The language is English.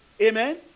Amen